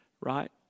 Right